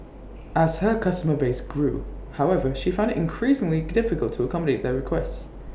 as her customer base grew however she found IT increasingly difficult to accommodate their requests